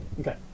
Okay